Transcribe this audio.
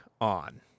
on